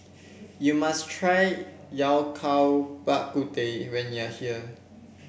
you must try Yao Cai Bak Kut Teh when you are here